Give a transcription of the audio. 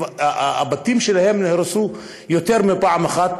הבתים שלהם נהרסו יותר מפעם אחת,